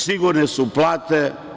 Sigurne su plate.